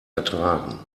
ertragen